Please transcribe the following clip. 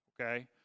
okay